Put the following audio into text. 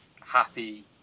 happy